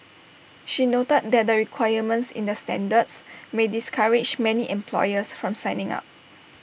she noted that the requirements in the standards may discourage many employers from signing up